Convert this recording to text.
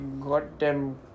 goddamn